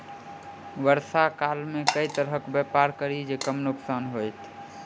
वर्षा काल मे केँ तरहक व्यापार करि जे कम नुकसान होइ?